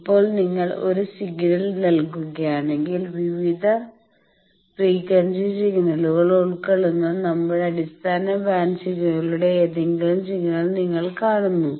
ഇപ്പോൾ നിങ്ങൾ ഒരു സിഗ്നൽ നൽകുകയാണെങ്കിൽ വിവിധ ഫ്രീക്വൻസി സിഗ്നലുകൾ ഉൾക്കൊള്ളുന്ന നമ്മളുടെ അടിസ്ഥാന ബാൻഡ് സിഗ്നലുകളുടെ ഏതെങ്കിലും സിഗ്നൽ നിങ്ങൾ കാണുന്നു